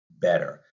better